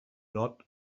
not